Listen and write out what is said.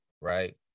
right